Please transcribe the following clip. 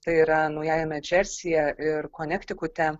tai yra naujajame džersyje ir konektikute